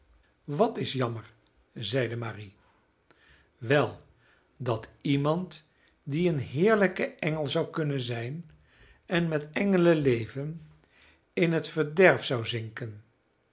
wat is jammer zeide marie wel dat iemand die een heerlijke engel zou kunnen zijn en met engelen leven in het verderf zou zinken